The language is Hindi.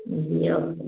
जी और